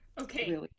Okay